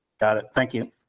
got it thank you.